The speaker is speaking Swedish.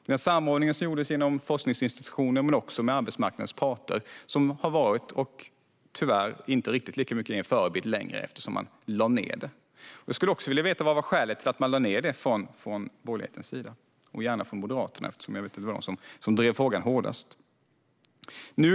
Den samordning som gjordes inom forskningsinstitutioner men också med arbetsmarknadens parter har varit en förebild men är det tyvärr inte riktigt lika mycket längre eftersom man lade ned institutet. Jag skulle vilja höra vad skälet var till att man lade ned det från borgerlighetens sida, gärna från Moderaterna eftersom jag vet att det var de som drev frågan hårdast.